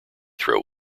throw